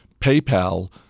PayPal